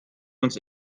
uns